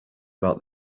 about